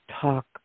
talk